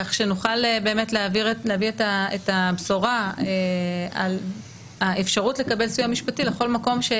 כך שנוכל להביא את הבשורה על האפשרות לקבל סיוע משפטי לכל מקום או